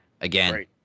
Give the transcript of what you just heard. again